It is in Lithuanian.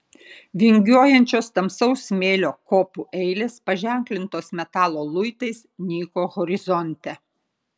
vingiuojančios tamsaus smėlio kopų eilės paženklintos metalo luitais nyko horizonte